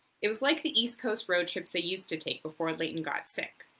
it was like the east coast road trips they used to take before layton got sick,